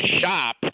shop